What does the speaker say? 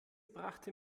brachte